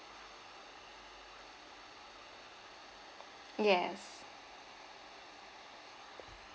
yes